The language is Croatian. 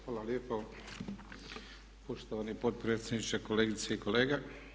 Hvala lijepo poštovani potpredsjedniče, kolegice i kolege.